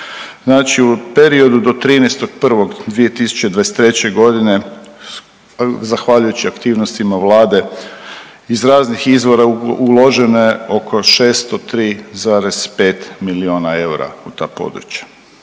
u periodu do 13.1.2023. godine zahvaljujući aktivnosti Vlade iz raznih izvora uloženo je oko 603,5 miliona eura u ta područja.